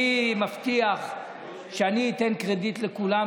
אני מבטיח שאני אתן קרדיט לכולם,